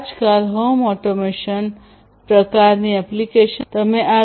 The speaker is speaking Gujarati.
આજકાલ હોમ ઓટોમેશન પ્રકારની એપ્લિકેશન બનાવવા માટે ખૂબ મહત્વનું છે